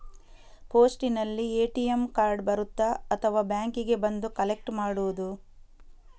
ಪೋಸ್ಟಿನಲ್ಲಿ ATM card ಬರುತ್ತಾ ಅಥವಾ ಬ್ಯಾಂಕಿಗೆ ಬಂದು ಕಲೆಕ್ಟ್ ಮಾಡುವುದು?